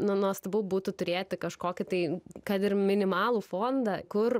nu nuostabu būtų turėti kažkokį tai kad ir minimalų fondą kur